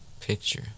picture